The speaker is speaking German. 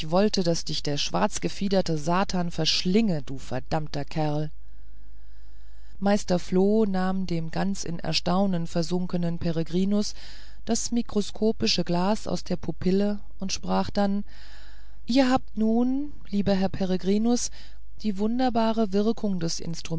wollte daß dich der schwarzgefiederte satan verschlinge du verdammter kerl meister floh nahm dem ganz in erstaunen versunkenen peregrinus das mikroskopische glas aus der pupille und sprach dann ihr habt nun lieber herr peregrinus die wunderbare wirkung des